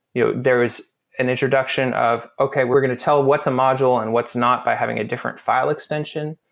you know there is an introduction of okay, we're going to tell what's a module and what's not by having a different file extension.